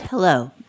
Hello